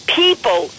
people